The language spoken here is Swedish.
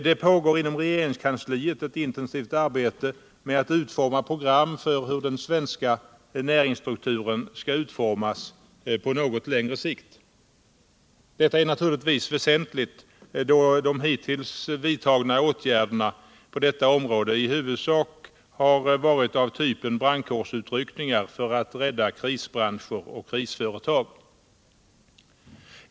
Det pågår inom regeringskansliet ett intensivt arbete med att utforma program för hur den svenska näringsstrukturen skall utformas på något längre sikt. Detta är naturligtvis väsentligt då hittills vidtagna åtgärder på detta område i huvudsak varit av typen brandkårsutryckningar för att rädda krisbranscher och krisföretag.